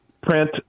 print